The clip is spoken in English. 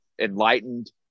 enlightened